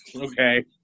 Okay